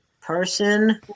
person